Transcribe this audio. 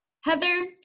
Heather